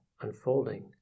Unfolding